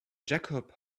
jacob